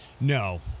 No